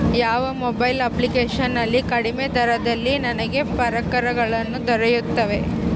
ಯಾವ mobile application ನಲ್ಲಿ ಕಡಿಮೆ ದರದಲ್ಲಿ ನನಗೆ ಪರಿಕರಗಳು ದೊರೆಯುತ್ತವೆ?